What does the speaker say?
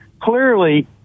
clearly